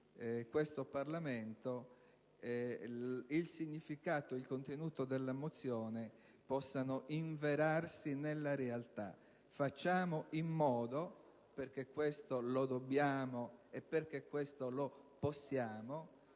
questo Parlamento, il significato e il contenuto delle mozioni possano inverarsi nella realtà. Facciamo in modo che - perché questo lo dobbiamo e perché lo possiamo